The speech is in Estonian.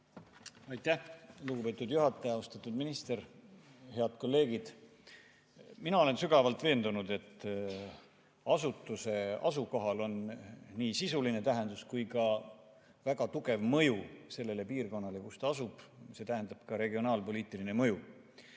Aitäh, lugupeetud juhataja! Austatud minister! Head kolleegid! Mina olen sügavalt veendunud, et asutuse asukohal on nii sisuline tähendus kui ka väga tugev mõju sellele piirkonnale, kus ta asub – see tähendab ka regionaalpoliitiline mõju.